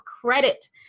credit